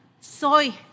soy